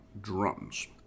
drums